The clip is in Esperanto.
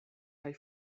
kaj